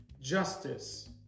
justice